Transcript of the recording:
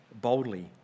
boldly